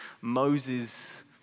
Moses